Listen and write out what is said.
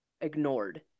ignored